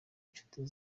nshuti